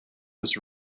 was